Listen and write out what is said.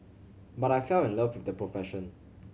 but I fell in love with the profession